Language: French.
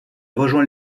rejoint